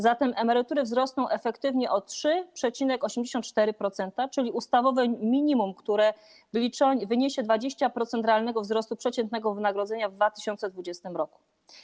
Zatem emerytury wzrosną efektywnie o 3,84%, czyli o ustawowe minimum, które wyniesie 20% realnego wzrostu przeciętnego wynagrodzenia w 2020 r.